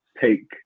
take